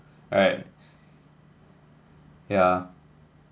right yeah